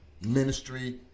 ministry